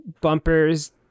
bumpers